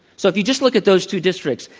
so if you just look at those two districts,